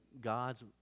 God's